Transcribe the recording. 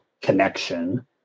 connection